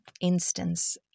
instance